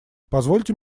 позвольте